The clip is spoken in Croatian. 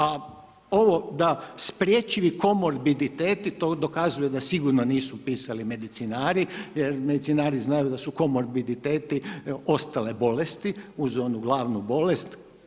A ovo da spriječi … to dokazuje da sigurno nisu pisali medicinari jer medicinari znaju da su komorbiditeti ostale bolesti uz onu glavnu bolest.